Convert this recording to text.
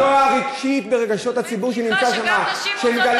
-- לפגוע ברגשות הציבור שנמצא שם, שמגלה